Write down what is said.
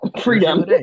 Freedom